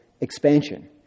expansion